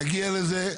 נגיע לזה.